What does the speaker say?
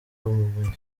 ubumenyi